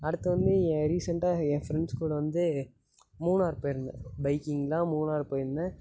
அடுத்து வந்து ஏ ரீசெண்டாக என் ஃப்ரெண்ட்ஸ் கூட வந்து மூணார் போயிருந்தேன் பைக்கிங் தான் மூணார் போயிருந்தேன்